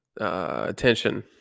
attention